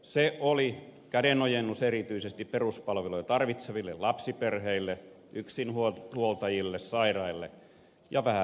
se oli kädenojennus erityisesti peruspalveluja tarvitseville lapsiperheille yksinhuoltajille sairaille ja vähävaraisille